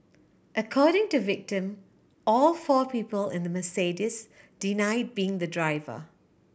according to victim all four people in the Mercedes denied being the driver